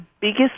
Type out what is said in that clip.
biggest